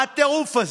מה הטירוף הזה?